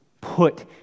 put